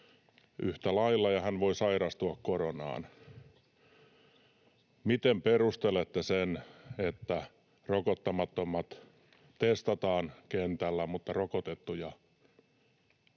yhtä lailla ja hän voi sairastua koronaan. Miten perustelette sen, että rokottamattomat testataan kentällä mutta rokotettuja